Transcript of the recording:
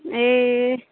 ए